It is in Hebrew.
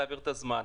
להעביר את הזמן.